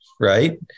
right